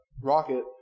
rocket